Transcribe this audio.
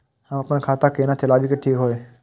हम अपन खाता केना चलाबी जे ठीक होय?